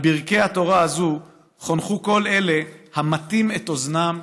על ברכי התורה הזאת חונכו כל אלה המטים את אוזנם